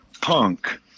punk